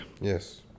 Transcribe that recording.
Yes